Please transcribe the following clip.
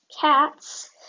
cats